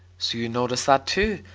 so you noticed that too?